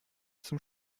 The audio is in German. zum